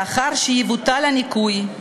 לאחר שיבוטל הניכוי,